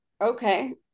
okay